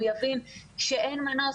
הוא יבין שאין מנוס,